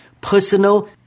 personal